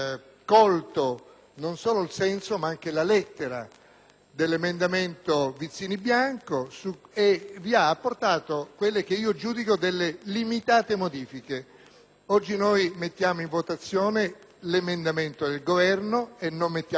dell'emendamento 21.701 e vi ha apportato quelle che io giudico delle limitate modifiche. Oggi noi mettiamo in votazione l'emendamento del Governo e non mettiamo in votazione, mi sembra, l'altro emendamento.